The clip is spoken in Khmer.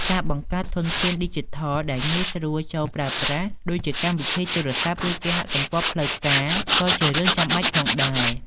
ការបង្កើតធនធានឌីជីថលដែលងាយស្រួលចូលប្រើប្រាស់ដូចជាកម្មវិធីទូរស័ព្ទឬគេហទំព័រផ្លូវការក៏ជារឿងចាំបាច់ផងដែរ។